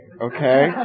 okay